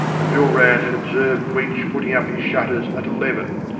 and bill rann had ob served weech putting up his shutters at eleven.